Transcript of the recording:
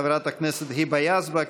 חברת הכנסת היבה יזבק,